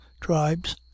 tribes